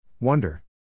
Wonder